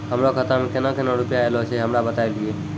हमरो खाता मे केना केना रुपैया ऐलो छै? हमरा बताय लियै?